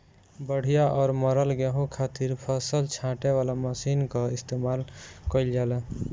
बढ़िया और मरल गेंहू खातिर फसल छांटे वाला मशीन कअ इस्तेमाल कइल जाला